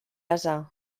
ase